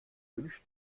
wünsch